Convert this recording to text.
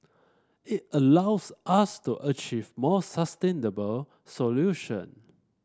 it allows us to achieve more sustainable solution